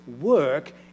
work